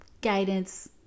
guidance